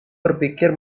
berpikir